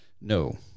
no